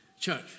Church